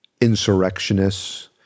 insurrectionists